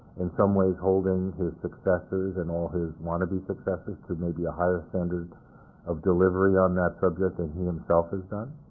in some ways holding his successors and all his wannabe successors to maybe a higher standard of delivery on that subject that he himself has done.